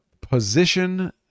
Position